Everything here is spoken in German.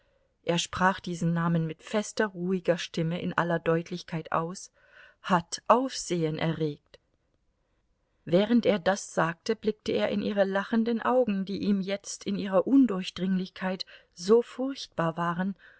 er sprach diesen namen mit fester ruhiger stimme in aller deutlichkeit aus hat aufsehen erregt während er das sagte blickte er in ihre lachenden augen die ihm jetzt in ihrer undurchdringlichkeit so furchtbar waren